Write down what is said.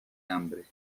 hambre